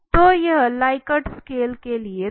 तो यह Likert scale के लिए था